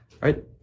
right